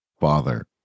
father